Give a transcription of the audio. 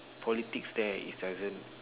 politics there is doesn't